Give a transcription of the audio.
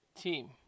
team